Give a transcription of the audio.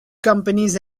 companies